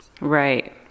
Right